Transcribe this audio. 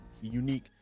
unique